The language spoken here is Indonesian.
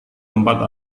tempat